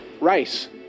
rice